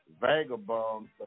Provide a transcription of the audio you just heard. vagabonds